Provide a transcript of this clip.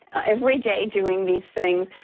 every day doing these things,